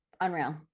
unreal